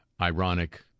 ironic